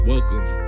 Welcome